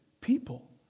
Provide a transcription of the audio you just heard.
people